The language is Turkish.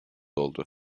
oldu